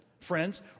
friends